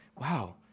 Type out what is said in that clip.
wow